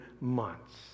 months